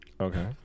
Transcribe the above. Okay